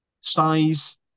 size